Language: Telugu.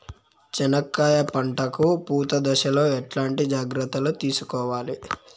చెనక్కాయలు పంట కు పూత దశలో ఎట్లాంటి జాగ్రత్తలు తీసుకోవాలి?